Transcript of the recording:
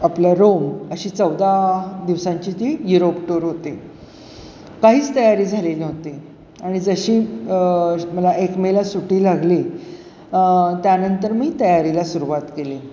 आपलं रोम अशी चौदा दिवसांची ती युरोप टूर होती काहीच तयारी झाली नव्हती आणि जशी मला एक मेला सुट्टी लागली त्यानंतर मी तयारीला सुरवात केली